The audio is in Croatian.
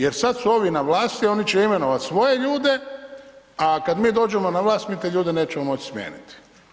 Jer sada su ovi na vlasti, oni će imenovati svoje ljude, a kada mi dođemo na vlast, mi te ljude nećemo doći smijeniti.